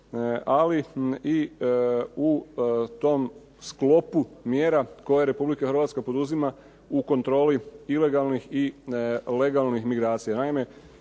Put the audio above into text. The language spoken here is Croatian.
ali i u tom sklopu mjera koje Republika Hrvatska poduzima u kontroli ilegalnih i legalnih migracija.